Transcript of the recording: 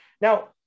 Now